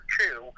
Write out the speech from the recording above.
two